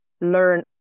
learn